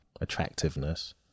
attractiveness